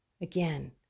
Again